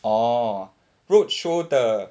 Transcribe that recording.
orh roadshow 的